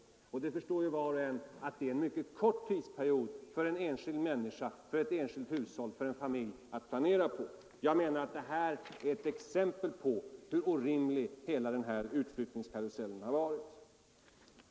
Var och en förstår ju att det är en mycket kort tidsperiod för en enskild människa, ett hushåll, en familj att planera på. Jag menar att detta är ett exempel på hur orimlig hela utflyttningskarusellen har varit.